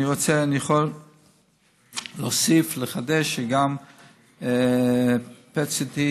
אני יכול להוסיף, לחדש, ובימים הקרובים